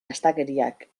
astakeriak